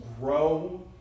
grow